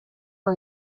for